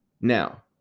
now